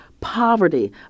Poverty